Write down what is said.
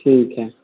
ठीक है